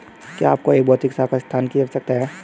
क्या आपको एक भौतिक शाखा स्थान की आवश्यकता है?